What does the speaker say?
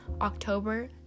October